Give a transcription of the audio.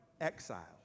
exiles